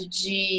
de